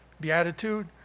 beatitude